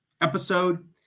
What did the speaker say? episode